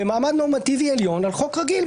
במעמד נורמטיבי עליון על חוק רגיל,